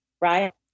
right